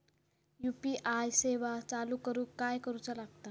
UPI सेवा चालू करूक काय करूचा लागता?